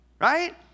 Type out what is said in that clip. Right